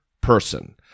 person